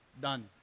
done